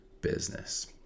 business